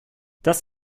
das